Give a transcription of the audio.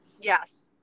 Yes